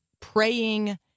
praying